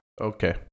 Okay